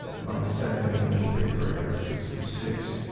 my second english paper i got a sixty six.